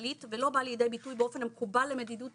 הכלכלית ולא בא לידי ביטוי באופן המקובל למדידת